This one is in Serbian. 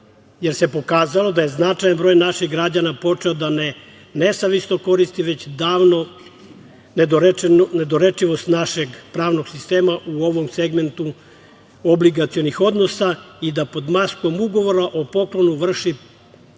jer se pokazalo da je značajan broj naših građana počeo da nesavesno koristi već davnu nedorečivost našeg pravnog sistema u ovom segmentu obligacionih odnosa i da pod maskom ugovora o poklonu vrši